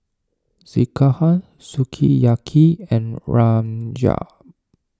Sekihan Sukiyaki and Rajma